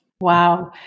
Wow